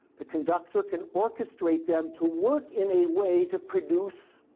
the conductor can orchestrate them to work in a way to produce